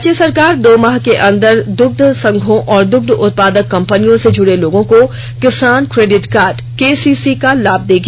राज्य सरकार दो माह के अंदर दूग्ध संघों और दूग्ध उत्पादक कंपनियों से जुड़े लोगों को किसान क्रोडिट कार्ड केसीसी का लाभ देगी